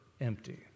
empty